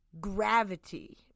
Gravity